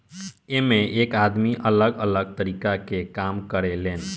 एइमें एक आदमी अलग अलग तरीका के काम करें लेन